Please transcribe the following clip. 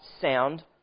sound